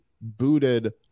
booted